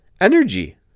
energy